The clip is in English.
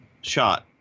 shot